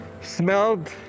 smelled